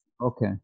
Okay